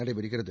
நடைபெறுகிறது